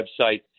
website